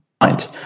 mind